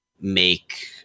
make